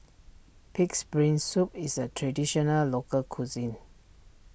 Pig's Brain Soup is a Traditional Local Cuisine